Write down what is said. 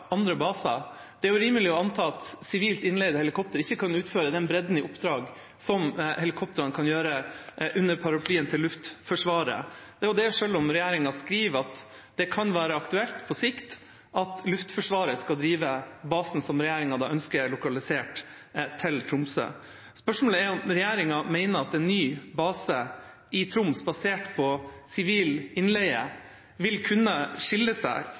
andre baser. Det er rimelig å anta at sivilt innleide helikoptre ikke kan utføre den bredden i oppdrag som helikoptrene kan gjøre under paraplyen til Luftforsvaret, og det selv om regjeringa skriver at det kan være aktuelt «på sikt» at Luftforsvaret skal drive basen som regjeringa ønsker lokalisert til Tromsø. Spørsmålet er om regjeringa mener at en ny base i Troms basert på sivil innleie vil skille seg